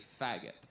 faggot